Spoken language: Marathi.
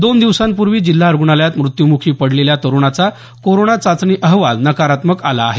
दोन दिवसांपूर्वी जिल्हा रुग्णालयात मृत्यूमुखी पडलेल्या तरुणाचा कोरोना चाचणी अहवाल नकारात्मक आला आहे